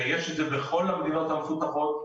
יש את זה בכל המדינות המפותחות.